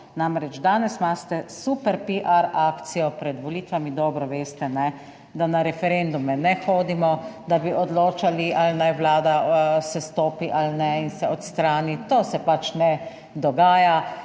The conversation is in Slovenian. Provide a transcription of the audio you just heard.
Namreč danes imate super piar akcijo pred volitvami. Dobro veste, ne da na referendume ne hodimo, da bi odločali ali naj Vlada se stopi ali ne in se odstrani. To se pač ne dogaja,